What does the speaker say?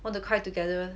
want to cry together